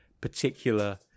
particular –